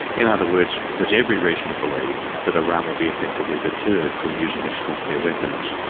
in other words, there's every reason to believe that iran would be effectively deterred from using its nuclear weapons,